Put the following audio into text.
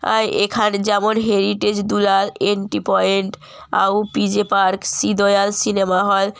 আয় এখানে যেমন হেরিটেজ দুলাল এন্ট্রি পয়েন্ট আউ পিজে পার্ক শি দয়াল সিনেমা হল